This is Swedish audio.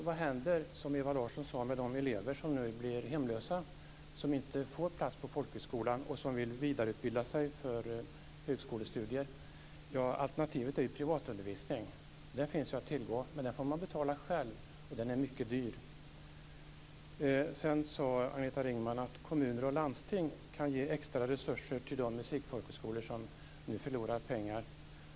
Vad händer, som Ewa Larsson sade, med de elever som nu blir hemlösa, som inte får plats på folkhögskolan och som vill vidareutbilda sig för högskolestudier? Alternativet är privatundervisning. Det finns att tillgå, men den får man betala själv, och den är mycket dyr. Sedan sade Agneta Ringman att kommuner och landsting kan ge extra resurser till de musikfolkhögskolor som nu förlorar pengar.